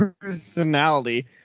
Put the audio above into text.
personality